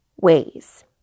ways